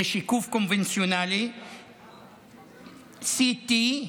זה שיקוף קונבנציונלי, CT,